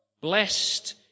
blessed